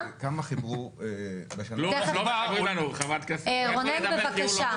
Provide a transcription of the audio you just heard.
כלום, חברת הכנסת -- רונן בבקשה.